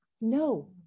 No